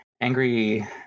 Angry